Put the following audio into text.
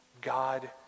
God